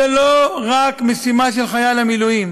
זו לא רק משימה של חייל המילואים,